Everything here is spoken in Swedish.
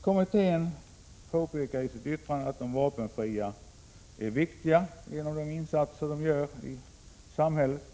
Kommittén påpekar i sitt yttrande att de vapenfria är viktiga genom de insatser de gör i samhället.